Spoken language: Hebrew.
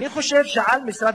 אני אומר שזה